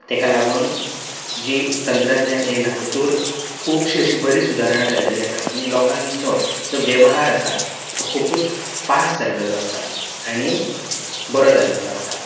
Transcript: ताका लागून जी तंत्रज्ञान येयल्या तर खुबशीं अशीं बरी सुधारणां जाल्ली आसा आनी लोकांचो जो व्यवहार आसा तो खुबूच फास्ट जाल्लो आसा आनी बरो जाल्लो आसा